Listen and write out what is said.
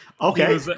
Okay